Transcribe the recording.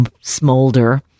smolder